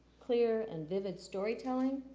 clear and vivid story-telling,